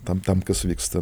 tam tam kas vyksta